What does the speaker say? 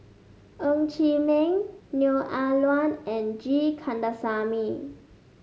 Ng Chee Meng Neo Ah Luan and G Kandasamy